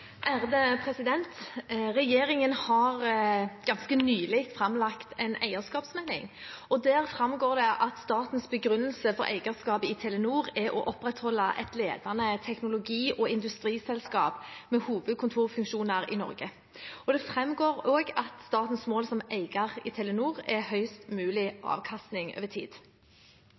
Regjeringen har ganske nylig framlagt en eierskapsmelding. Der framgår det at statens begrunnelse for eierskapet i Telenor er å opprettholde et ledende teknologi- og industriselskap med hovedkontorfunksjoner i Norge. Det framgår også at statens mål som eier i Telenor er høyest mulig avkastning over tid.